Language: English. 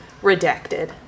Redacted